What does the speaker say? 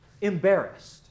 embarrassed